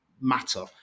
matter